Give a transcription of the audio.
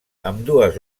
ambdues